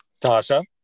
Tasha